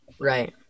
Right